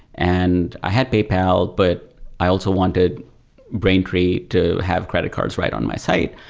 and i had paypal but i also wanted braintree to have credit cards right on my site.